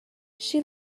she